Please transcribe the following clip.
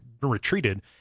retreated